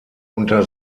unter